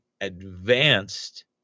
advanced